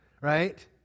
right